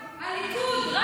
הליכוד.